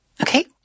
Okay